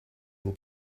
will